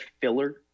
filler